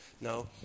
No